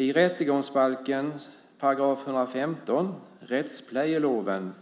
I rättegångsbalken, § 115 retsplejeloven ,